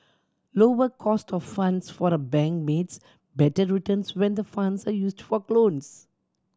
lower cost of funds for the bank means better returns when the funds are used for loans